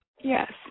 yes